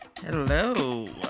Hello